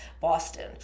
Boston